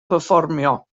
perfformio